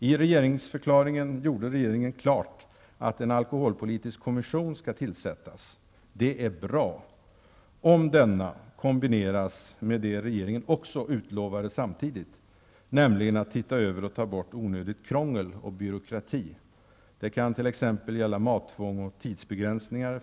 I regeringsförklaringen gjorde regeringen klart att en alkoholpolitisk kommission skall tillsättas. Det är bra under förutsättning att denna kombineras med vad regeringen samtidigt utlovade, nämligen att man skall titta över och ta bort onödigt krångel och byråkrati. Det kan t.ex. gälla mattvång och tidsbegränsningar.